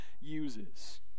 uses